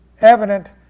evident